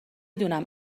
دونم